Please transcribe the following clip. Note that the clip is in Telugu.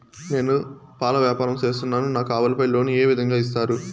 నేను పాల వ్యాపారం సేస్తున్నాను, నాకు ఆవులపై లోను ఏ విధంగా ఇస్తారు